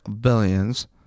billions